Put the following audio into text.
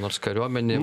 nors kariuomenė